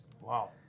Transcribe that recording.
Wow